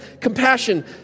compassion